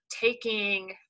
taking